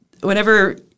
whenever